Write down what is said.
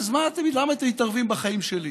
אז למה אתם מתערבים בחיים שלי?